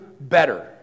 better